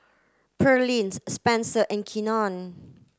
Spencer and Keenan